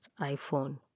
iPhone